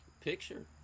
picture